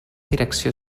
direcció